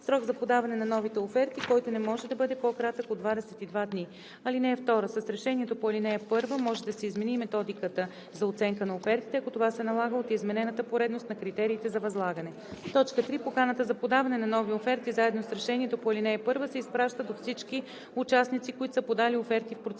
срок за подаване на новите оферти, който не може да бъде по кратък от 22 дни. (2) С решението по ал. 1 може да се измени и методиката за оценка на офертите, ако това се налага от изменената поредност на критериите за възлагане. (3) Поканата за подаване на нови оферти заедно с решението по ал. 1 се изпраща до всички участници, които са подали оферти в процедурата“.“